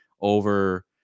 over